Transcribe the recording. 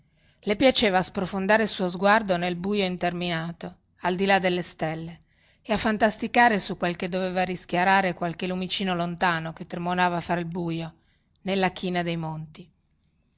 le piaceva sprofondare il suo sguardo nel buio interminato al di là delle stelle e a fantasticare su quel che doveva rischiarare qualche lumicino lontano che tremolava fra il buio nella china dei monti